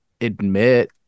admit